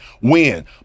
win